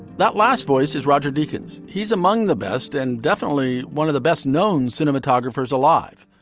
that last voice is roger deakins. he's among the best and definitely one of the best known cinematographers alive.